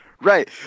Right